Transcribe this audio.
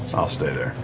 i'll stay there.